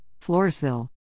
Floresville